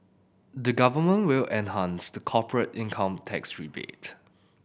the Government will enhance the corporate income tax rebate